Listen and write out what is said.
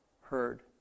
heard